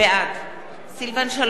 בעד סילבן שלום,